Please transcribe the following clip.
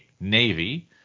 navy